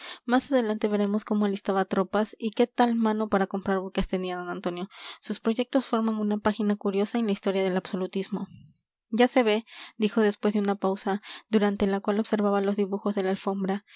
más adelante veremos cómo alistaba tropas y qué tal mano para comprar buques tenía d antonio sus proyectos forman una página curiosa en la historia del absolutismo ya se ve dijo después de una pausa durante la cual observaba los dibujos de la alfombra